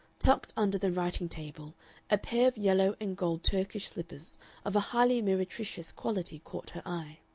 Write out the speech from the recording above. tucked under the writing-table a pair of yellow and gold turkish slippers of a highly meretricious quality caught her eye.